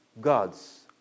gods